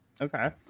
okay